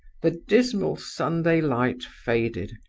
the dismal sunday light faded,